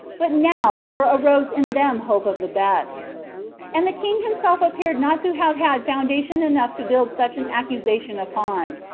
but now there arose in them hope of the best and the king himself appeared not to have had foundation enough to build such an accusation upon,